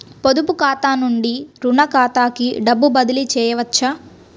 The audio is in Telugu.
పొదుపు ఖాతా నుండీ, రుణ ఖాతాకి డబ్బు బదిలీ చేయవచ్చా?